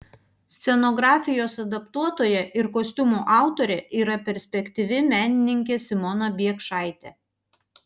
scenografijos adaptuotoja ir kostiumų autorė yra perspektyvi menininkė simona biekšaitė